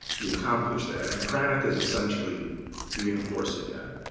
he accomplished that. and cranach is essentially reinforcing that.